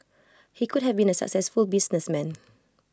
he could have been A successful businessman